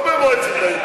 לא במועצת העיר.